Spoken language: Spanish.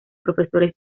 profesores